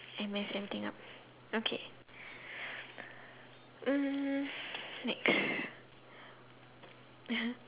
I'm like setting up okay hmm next ya